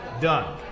done